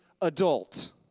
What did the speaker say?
adult